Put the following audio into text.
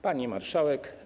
Pani Marszałek!